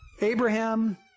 Abraham